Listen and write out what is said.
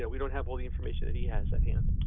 yeah we don't have all the information that he has at hand.